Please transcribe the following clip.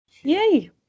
Yay